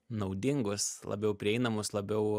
naudingus labiau prieinamus labiau